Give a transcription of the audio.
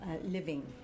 living